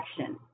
action